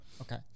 okay